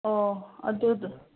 ꯑꯣ ꯑꯗꯨꯗꯣ